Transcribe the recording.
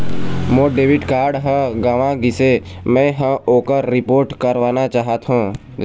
मोर debit card ह गंवा गिसे, मै ह ओकर रिपोर्ट करवाना चाहथों